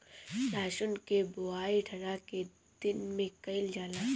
लहसुन के बोआई ठंढा के दिन में कइल जाला